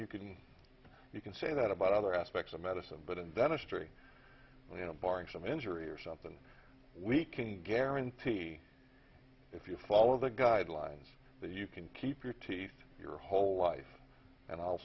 couldn't you can say that about other aspects of medicine but in dentistry you know barring some injury or something we can guarantee if you follow the guidelines that you can keep your teeth your whole life and i'll